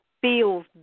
feels